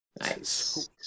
Nice